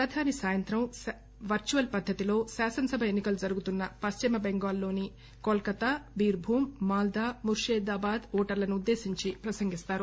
ప్రధాని ఈ సాయంత్రం వర్చువల్ పద్దతిలో శాసనసభ ఎన్నికలు జరుగుతున్న పశ్చిమబెంగాల్ కోల్ కత్తా బీర్బూం మాల్దా ముర్షీదాబాద్ లోని ఓటర్లను ఉద్దేశించి ప్రసంగిస్తారు